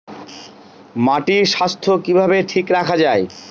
মাটির স্বাস্থ্য কিভাবে ঠিক রাখা যায়?